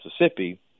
Mississippi